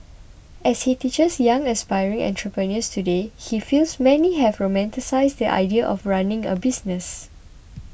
as he teaches young aspiring entrepreneurs today he feels many have romanticised the idea of running a business